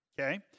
okay